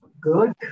Good